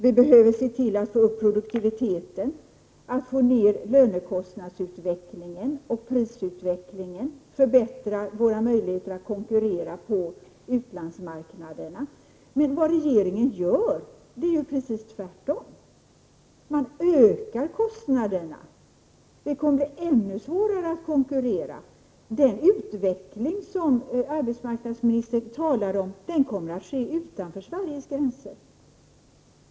Vi behöver se till att få upp produktiviteten, att få ner lönekostnadsutvecklingen och prisutvecklingen, förbättra våra möjligheter att konkurrera på utlandsmarknaderna. Men vad regeringen gör är precis tvärtom. Man ökar kostnaderna. Det kommer att bli ännu svårare att konkurrera. Den utveckling som arbetsmarknadsministern talar om kommer att ske utanför Sveriges gränser.